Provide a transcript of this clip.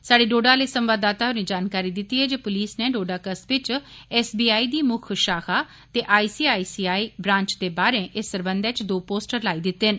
साहड़े डोडा आले संवाददाता होरें जानकारी दिती ऐ जे पुलस नै डोडा कस्बे च एस बी आई दी मुक्ख शाखा ते I S I S I branch दे बाहरे इस सरबंघा च दो पोस्टर लाई दिते न